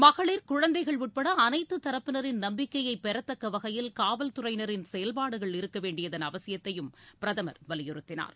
மகளர் குழந்தைகள் உட்பட அனைத்து தரப்பினரின் நம்பிக்கையை பெறத்தக்க வகையில் காவல்துறையின் செயல்பாடுகள் இருக்க வேண்டியதன் அவசியத்தையும் பிரதமர் வலியுறுத்தினார்